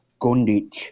Gundich